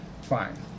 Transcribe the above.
fine